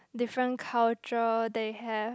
different culture they have